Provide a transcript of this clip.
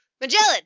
Magellan